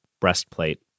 breastplate